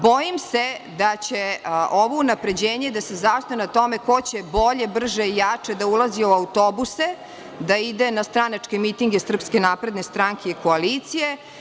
Bojim se da će ovo unapređenje da se zasnuje na tome ko će bolje, brže i jače da ulazi u autobuse da ide na stranačke mitinge SNS i koalicije.